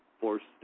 forced